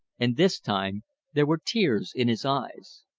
and this time there were tears in his eyes.